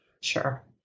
Sure